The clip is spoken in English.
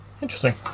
interesting